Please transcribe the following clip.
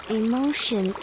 emotion